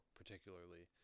particularly